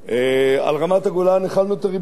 על רמת-הגולן החלנו את הריבונות.